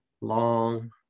long